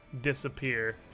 disappear